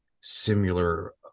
similar